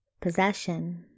Possession